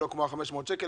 ולא כמו ה-500 שקל.